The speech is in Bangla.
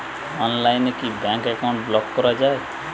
অনলাইনে কি ব্যাঙ্ক অ্যাকাউন্ট ব্লক করা য়ায়?